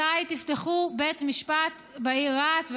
מתי תפתחו בית משפט בעיר רהט?